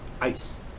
ice